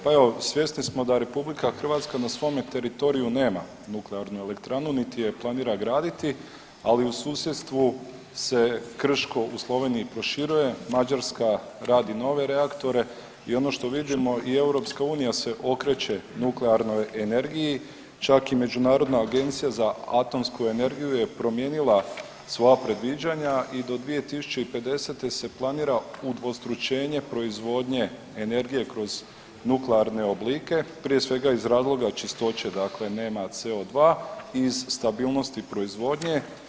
Pa evo, svjesni smo da RH na svome teritoriju nema nuklearnu elektranu, niti je planira graditi, ali u susjedstvu se Krško u Sloveniji proširuje, Mađarska radi nove reaktore i ono što vidimo i EU se okreće nuklearnoj energiji, čak i Međunarodna agencija za atomsku energiju je promijenila svoja predviđala i do 2050. se planira udvostručenje proizvodnje energije kroz nuklearne oblike, prije svega iz razloga čistoće, dakle nema CO2 i iz stabilnosti proizvodnje.